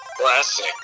classic